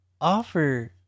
offer